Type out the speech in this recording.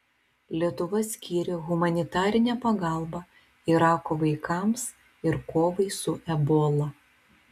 lietuva skyrė humanitarinę pagalbą irako vaikams ir kovai su ebola